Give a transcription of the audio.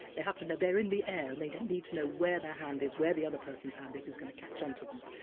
they have to know they're in the air and they don't need to know where there is, where the other person's hand is who's going to catch on to them.